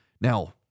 Now